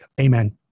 Amen